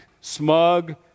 smug